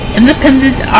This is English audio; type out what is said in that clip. independent